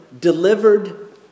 delivered